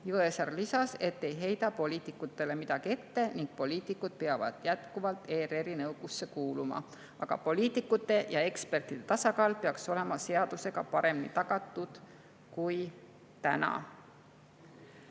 Jõesaar lisas, et ei heida poliitikutele midagi ette ning poliitikud peavad jätkuvalt ERR-i nõukogusse kuuluma, aga poliitikute ja ekspertide tasakaal peaks olema seadusega paremini tagatud kui täna.